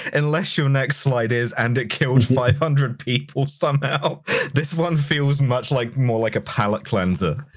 and unless your next slide is and it killed five hundred people somehow this one feels much like more like a palate cleanser.